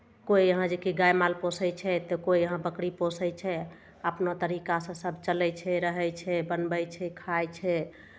कोइ यहाँ जेकि गाय माल पोसै छै तऽ कोइ यहाँ बकरी पोसै छै अपना तरीकासँ सभ चलै छै रहै छै बनबै छै खाइ छै